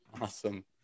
Awesome